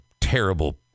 terrible